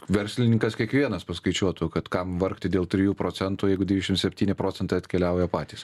verslininkas kiekvienas paskaičiuotų kad kam vargti dėl trijų procentų jeigu dvidešimt septyni procentai atkeliauja patys